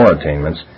attainments